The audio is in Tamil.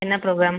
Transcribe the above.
என்ன ப்ரொக்ராம்